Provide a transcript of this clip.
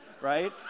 right